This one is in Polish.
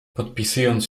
podpisując